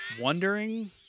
wondering